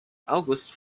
august